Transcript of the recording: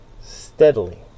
steadily